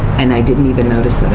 and i didn't even notice